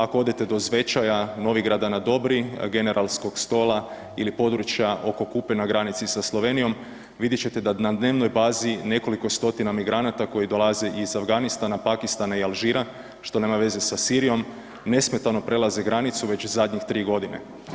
Ako odete do Zvečaja, Novigrada na Dobri, Generalskog Stola ili područja oko Kupe na granici sa Slovenijom, vidit ćete da na dnevnoj bazi nekoliko stotina migranata koji dolaze iz Afganistana, Pakistana i Alžira, što nema veze sa Sirijom, nesmetano prelaze granicu već zadnjih 3 godine.